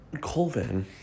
Colvin